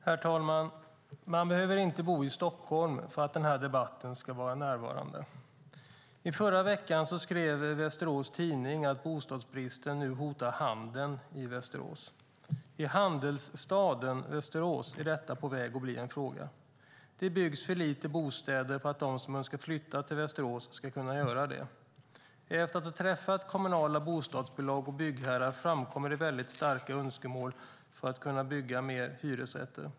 Herr talman! Man behöver inte bo i Stockholm för att den här debatten ska vara närvarande. I förra veckan skrev Västerås Tidning att bostadsbristen nu hotar handeln i Västerås. I handelsstaden Västerås är detta på väg att bli en fråga. Det byggs för lite bostäder för att de som önskar flytta till Västerås ska kunna göra det. Efter ett möte med kommunala bostadsbolag och byggherrar framkommer det väldigt starka önskemål om att kunna bygga fler hyresrätter.